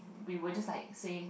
we will just like say